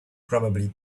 probably